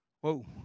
whoa